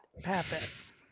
Pappas